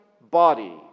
body